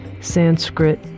Sanskrit